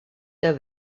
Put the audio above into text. der